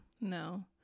no